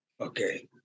Okay